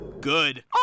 Good